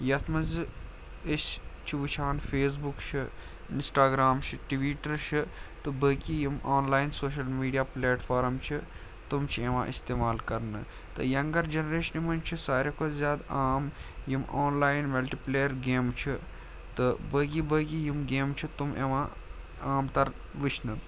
یَتھ منٛز زِ أسۍ چھِ وٕچھان فیس بُک چھِ اِنسٹاگرٛام چھِ ٹِویٖٹَر چھِ تہٕ بٲقی یِم online social media platform چھِ تِم چھِ یِوان استعمال کَرنہٕ تہٕ یَنٛگَر جَنریشن منٛز چھِ ساروے کھۄتہٕ زیادٕ عام یِم آن لایِن مَلٹِپٕلیَر گیمہٕ چھِ تہٕ باقی باقی یِم گیمہٕ چھِ تِم یِوان عام تَر وٕچھنہٕ